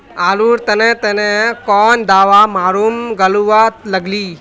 आलूर तने तने कौन दावा मारूम गालुवा लगली?